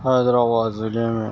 حیدر آباد ضلعے میں